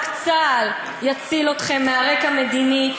רק צה"ל יציל אתכם מהריק המדיני,